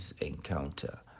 encounter